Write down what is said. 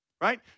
Right